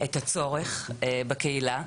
את הצורך בקהילה.